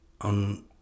on